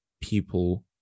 people